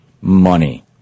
money